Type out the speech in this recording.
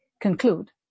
conclude